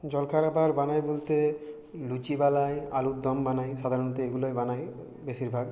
জলখাবার বানাই বলতে লুচি বানাই আলুর দম বানাই সাধারণত এগুলোই বানাই বেশিরভাগ